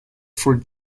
for